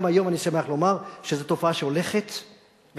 גם, היום אני שמח לומר שזו תופעה הולכת ונעלמת.